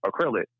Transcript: acrylic